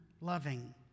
loving